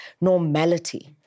normality